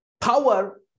power